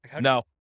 No